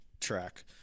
track